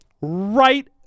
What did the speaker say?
right